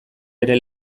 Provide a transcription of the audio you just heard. ere